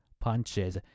punches